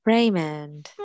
Raymond